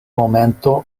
momento